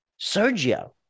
Sergio